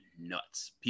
nuts